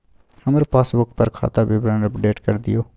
हमर पासबुक पर खाता विवरण अपडेट कर दियो